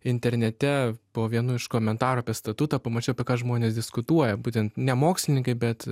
internete po vienu iš komentarų apie statutą pamačiau ką žmonės diskutuoja būtent ne mokslininkai bet